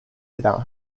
without